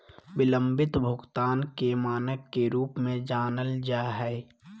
बिलम्बित भुगतान के मानक के रूप में जानल जा हइ